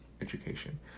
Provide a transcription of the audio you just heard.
education